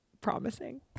promising